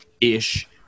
ish